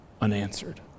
unanswered